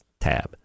tab